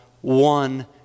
one